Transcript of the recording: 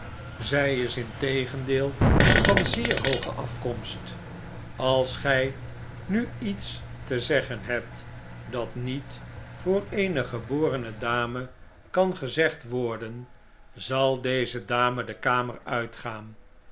zij is integendeel van zeer hooge afkomst als gij nu iets te zeggen hebt dat niet voor eene geborene dame kan gezegd worden zal deze dame de kamer uitgaan